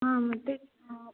हां मग तेच हां